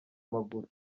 amaguru